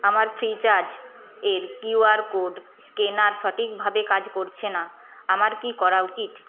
আমার ফ্রিচার্জ এর Q R code scanner সঠিকভাবে কাজ করছে না আমার কি করা উচিত